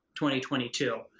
2022